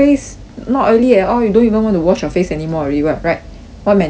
not oily at all you don't even want to wash your face anymore already [what] right what maintenance do you have